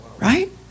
right